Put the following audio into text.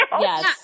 Yes